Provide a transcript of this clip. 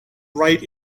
right